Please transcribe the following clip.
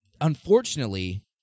Unfortunately